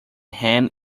hand